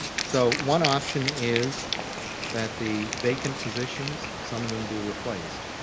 so one option is that the vacant positions, some of them be replaced.